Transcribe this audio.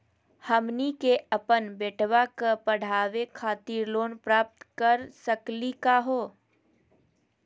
हमनी के अपन बेटवा क पढावे खातिर लोन प्राप्त कर सकली का हो?